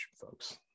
folks